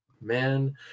man